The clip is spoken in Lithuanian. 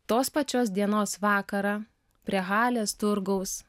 tos pačios dienos vakarą prie halės turgaus